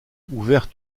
ouvert